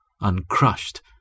uncrushed